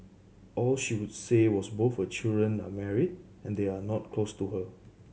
all she would say was both her children are married and they are not close to her